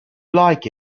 like